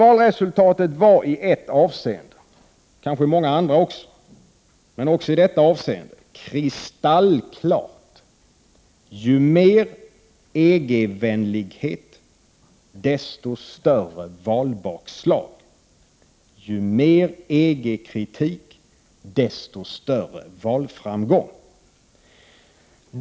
Valresultatet var i ett avseende, kanske också i många andra, kristallklart: ju mer EG-vänlighet, desto större valbakslag och ju mer EGs-kritik, desto större valframgång.